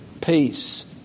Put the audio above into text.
peace